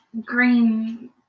green